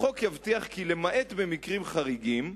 החוק יבטיח כי למעט במקרים חריגים,